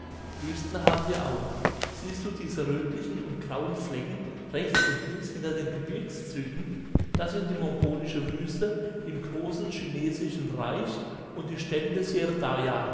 wüsten haben wir auch siehst du diese rötlichen und grauen flecken rechts und links hinter den gebirgszügen das sind die mongolische wüste im großen chinesischen reich und die steppen des